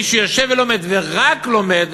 מי שיושב ולומד, ורק לומד,